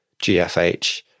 GFH